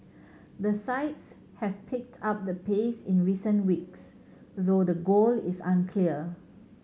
the sides have picked up the pace in recent weeks though the goal is unclear